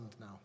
now